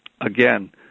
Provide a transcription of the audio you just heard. Again